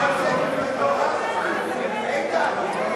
ברקו,